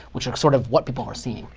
which are sort of what people are seeing.